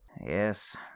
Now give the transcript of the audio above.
Yes